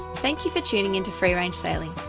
thank you for tuning into free range sailing.